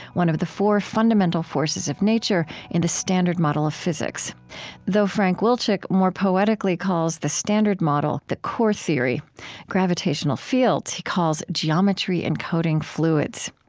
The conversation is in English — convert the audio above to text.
one of the four fundamental forces of nature in the standard model of physics though frank wilczek more poetically calls the standard model the core theory gravitational fields he calls geometry encoding fluids.